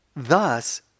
Thus